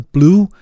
Blue